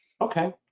okay